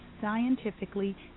scientifically